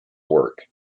work